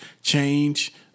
change